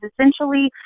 essentially